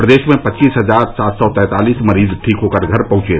प्रदेश में पच्चीस हजार सात सौ तैंतालीस मरीज ठीक होकर घर पहुंचे